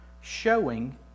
showing